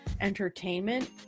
entertainment